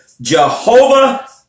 Jehovah